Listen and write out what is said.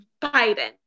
Biden